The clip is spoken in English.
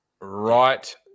right